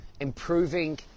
improving